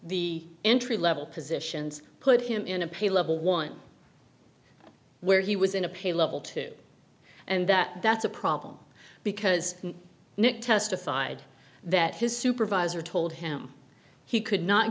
the entry level positions put him in a pay level one where he was in a pain level too and that that's a problem because nick testified that his supervisor told him he could not